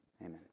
Amen